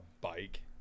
bike